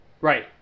Right